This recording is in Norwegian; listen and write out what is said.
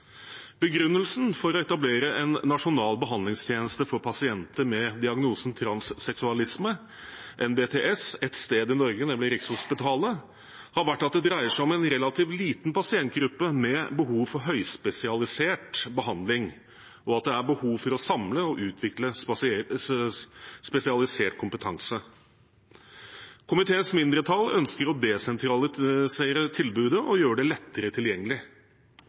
Begrunnelsen for å etablere en nasjonal behandlingstjeneste for pasienter med diagnosen transseksualisme, NBTS, ett sted i Norge, nemlig Rikshospitalet, har vært at det dreier seg om en relativt liten pasientgruppe med behov for høyspesialisert behandling, og at det er behov for å samle og utvikle spesialisert kompetanse. Komiteens mindretall ønsker å desentralisere tilbudet og gjøre det lettere tilgjengelig.